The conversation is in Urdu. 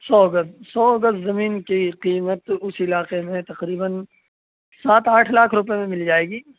سو گز سو گز زمین کی قیمت اس علاقے میں تقریباً سات آٹھ لاکھ روپیے میں مل جائے گی